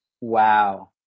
Wow